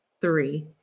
three